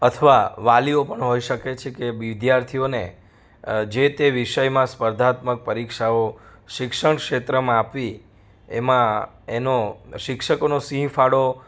અથવા વાલીઓ પણ હોઈ શકે છે કે વિદ્યાર્થીઓને જે તે વિષયમાં સ્પર્ધાત્મક પરીક્ષાઓ શિક્ષણ ક્ષેત્રમાં આપી એમાં એનો શિક્ષકોનો સિંહ ફાળો